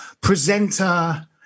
presenter